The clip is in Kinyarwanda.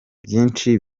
byinshi